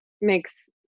makes